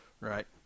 right